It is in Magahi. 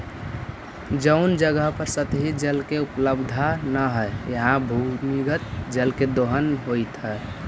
जउन जगह पर सतही जल के उपलब्धता न हई, उहाँ भूमिगत जल के दोहन होइत हई